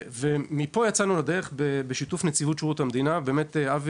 מפה יצאנו לדרך בשיתוף נציבות שירות המדינה מאז